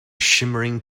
shimmering